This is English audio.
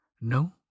No